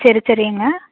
சரி சரிங்க